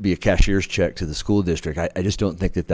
be a cashier's check to the school district i just don't think that